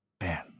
man